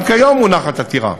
גם כיום מונחת עתירה